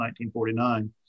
1949